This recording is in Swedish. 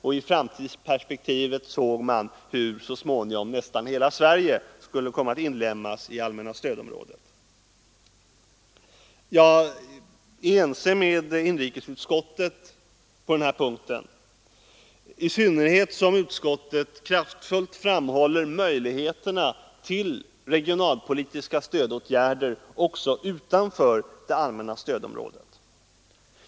Och i framtidsperspektivet såg man då hur nästan hela Sverige skulle komma att inlemmas i allmänna stödområdet. Jag är ense med inrikesutskottet på den punkten, i synnerhet som utskottet kraftfullt framhåller möjligheterna till regionalpolitiska stödåtgärder också utanför allmänna stödområdet.